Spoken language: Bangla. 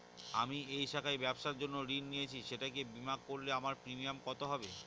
আমি এই শাখায় ব্যবসার জন্য ঋণ নিয়েছি সেটাকে বিমা করলে আমার প্রিমিয়াম কত হবে?